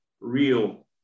real